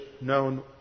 known